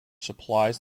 supplies